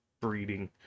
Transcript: breeding